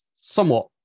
somewhat